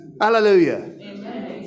Hallelujah